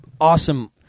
awesome